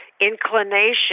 inclination